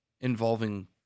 involving